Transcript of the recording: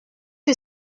que